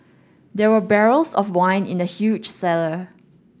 there were barrels of wine in the huge cellar